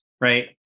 right